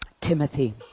Timothy